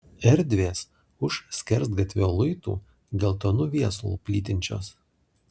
erdvės už skersgatvio luitų geltonu viesulu plytinčios